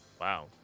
Wow